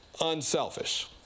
unselfish